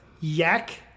yak